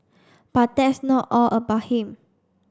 but that's not all about him